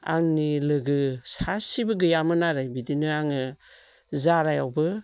आंनि लोगो सासेबो गैयामोन आरो बिदिनो आङो जालायावबो